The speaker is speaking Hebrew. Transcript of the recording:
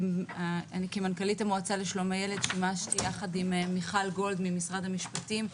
אני כמנכ"לית המועצה לשלום הילד שימשתי יחד עם מיכל גולד ממשרד המשפטים,